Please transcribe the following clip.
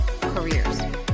careers